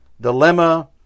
dilemma